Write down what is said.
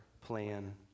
plan